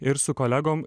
ir su kolegom